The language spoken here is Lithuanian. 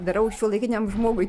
darau šiuolaikiniam žmogui